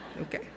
okay